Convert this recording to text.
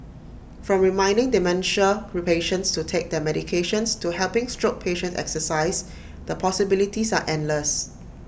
from reminding dementia re patients to take their medications to helping stroke patients exercise the possibilities are endless